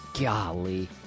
Golly